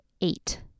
Eight